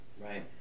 Right